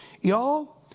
Y'all